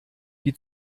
die